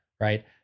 right